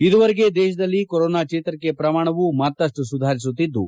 ಇದುವರೆಗೆ ದೇಶದಲ್ಲಿ ಕೊರೋನಾ ಜೇಶರಿಕೆ ಪ್ರಮಾಣವೂ ಮತ್ತಷ್ಟು ಸುಧಾರಿಸುತ್ತಿದ್ದು